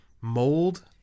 mold